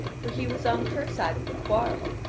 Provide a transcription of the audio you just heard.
for he was on her side of the quarrel,